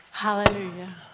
Hallelujah